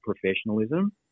professionalism